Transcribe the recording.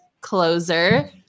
closer